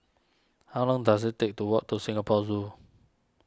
how long dose it take to walk to Singapore Zoo